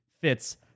fits